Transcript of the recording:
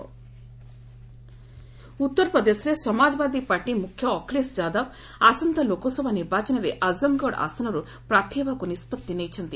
UP Samajwadi ଉତ୍ତର ପ୍ରଦେଶରେ Samajwadi party ମୁଖ୍ୟ ଅଖିଳେଶ ଯାଦବ ଆସନ୍ତା ଲୋକସଭା ନିର୍ବାଚନରେ ଆଜମ୍ଗଡ଼ ଆସନରୁ ପ୍ରାର୍ଥୀ ହେବାକୁ ନିଷ୍ପଭି ନେଇଛନ୍ତି